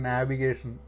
Navigation